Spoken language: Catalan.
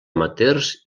amateurs